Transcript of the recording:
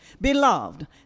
Beloved